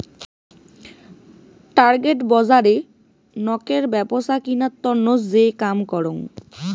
target বজারে নোকের ব্যপছা কিনার তন্ন যে কাম করং